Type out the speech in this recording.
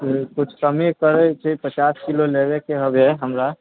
किछु कमी करै छै पचास किलो लेबयके होबै हमरा